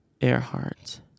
Earhart